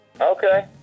Okay